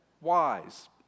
wise